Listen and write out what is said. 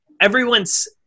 everyone's